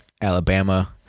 Alabama-